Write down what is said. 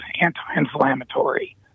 anti-inflammatory